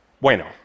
Bueno